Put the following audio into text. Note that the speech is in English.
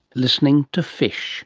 listening to fish